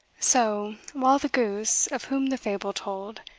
so, while the goose, of whom the fable told,